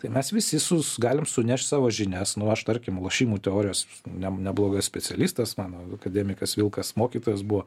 tai mes visi sus galim sunešt savo žinias nu aš tarkim lošimų teorijos ne neblogas specialistas mano akademikas vilkas mokytojas buvo